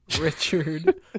Richard